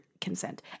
consent